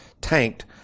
tanked